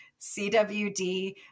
CWD